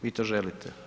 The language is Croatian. Vi to želite?